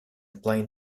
plain